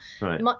Right